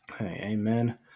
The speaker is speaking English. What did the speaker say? Amen